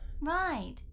Right